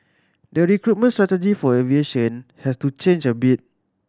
the recruitment strategy for aviation has to change a bit